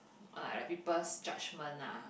uh people's judgement ah